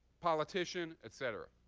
politician, et cetera.